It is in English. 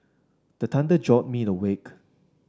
the thunder jolt me awake